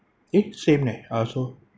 eh same leh I also